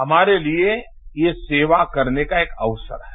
हमारे लिए ये सेवा करने का एक अवसर है